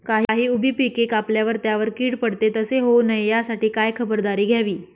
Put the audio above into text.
काही उभी पिके कापल्यावर त्यावर कीड पडते, तसे होऊ नये यासाठी काय खबरदारी घ्यावी?